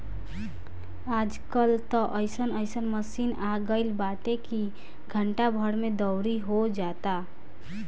आज कल त अइसन अइसन मशीन आगईल बाटे की घंटा भर में दवरी हो जाता